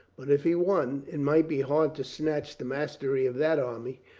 but if he won! it might be hard to snatch the mastery of that army,